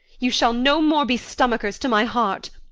you shall no more be stomachers to my heart.